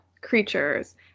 creatures